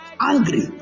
angry